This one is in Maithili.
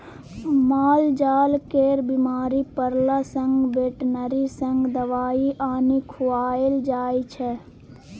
मालजाल केर बीमार परला सँ बेटनरी सँ दबाइ आनि खुआएल जाइ छै